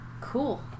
Cool